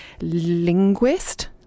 linguist